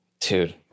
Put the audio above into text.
dude